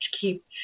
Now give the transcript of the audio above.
keep